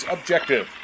Objective